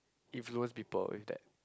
influence people with that